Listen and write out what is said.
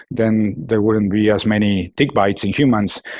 then there wouldn't be as many tick bites in humans.